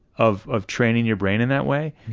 of of training your brain in that way,